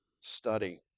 study